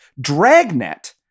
Dragnet